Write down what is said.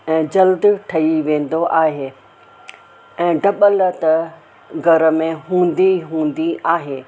ऐं जल्दी ठही वेंदो आहे ऐं डॿल त घर में हूंदी हूंदी आहे